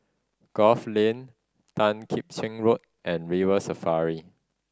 Grove Lane Tan Kim Cheng Road and River Safari